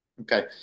Okay